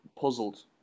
puzzled